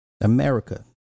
America